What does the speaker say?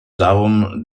darum